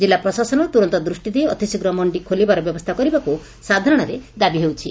କିଲ୍ଲା ପ୍ରଶାସନ ତୁରନ୍ତ ଦୃଷ୍ଟି ଦେଇ ଅତିଶୀଘ୍ର ମଣ୍ଡି ଖୋଳିବାର ବ୍ୟବସ୍କା କରିବାକୁ ସାଧାରଣରେ ଦାବି ହେଉଛି